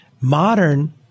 Modern